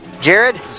Jared